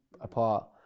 apart